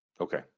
Okay